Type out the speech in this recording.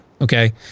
okay